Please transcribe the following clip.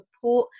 support